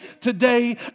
today